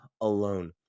alone